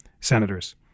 senators